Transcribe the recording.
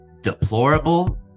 deplorable